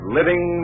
living